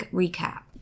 recap